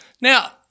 Now-